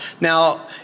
Now